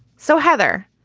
so heather,